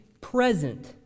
present